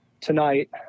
tonight